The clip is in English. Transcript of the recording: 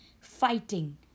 fighting